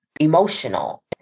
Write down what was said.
emotional